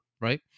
Right